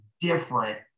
different